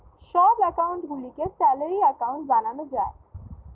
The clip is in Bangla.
সব অ্যাকাউন্ট গুলিকে স্যালারি অ্যাকাউন্ট বানানো যায়